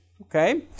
Okay